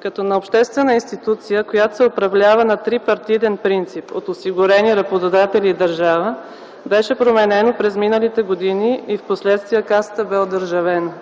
като на обществена институция, която се управлява на трипартитен принцип – от осигурени, работодатели и държава, беше променено през миналите години и впоследствие Касата бе одържавена.